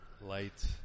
light